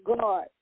God